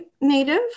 Native